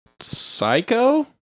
Psycho